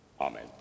Amen